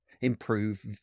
improve